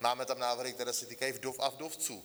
Máme tam návrhy, které se týkají vdov a vdovců.